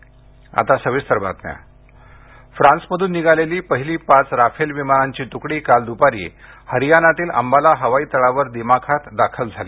Rafale फ्रांसमधून निघालेली पहिली पाच राफेल विमानांची त्कडी काल द्पारी हरियानातील अंबाला हवाई तळावर दिमाखात दाखल झाली